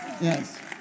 Yes